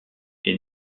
est